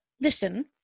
listen